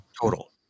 Total